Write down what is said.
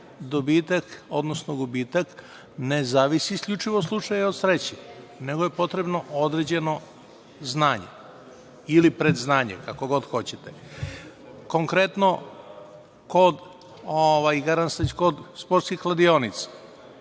dobitak, odnosno gubitak ne zavisi isključivo od sreće, nego je potrebno određeno znanje ili predznanje, kako god hoćete. Konkretno kod igara na